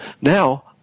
Now